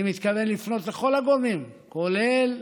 אני מתכוון לפנות לכל הגורמים, כולל